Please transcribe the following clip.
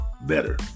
better